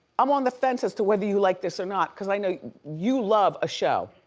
i'm on the fence as to whether you like this or not, cause i know you love a show.